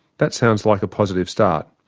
that sounds like a positive start,